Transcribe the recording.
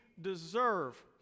deserve